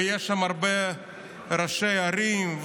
ויש שם הרבה ראשי ערים,